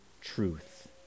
truth